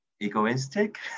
egoistic